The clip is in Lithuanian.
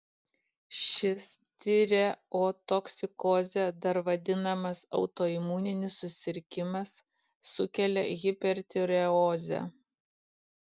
šis tireotoksikoze dar vadinamas autoimuninis susirgimas sukelia hipertireozę